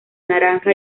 naranja